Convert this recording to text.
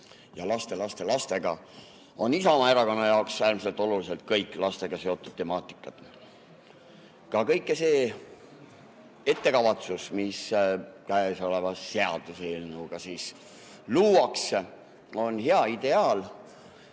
ja lastelastelastega, on Isamaa Erakonna jaoks äärmiselt olulised kõik lastega seotud temaatikad. Ka kõik see ettekavatsus, mis käesoleva seaduseelnõuga luuakse, on hea ideaal.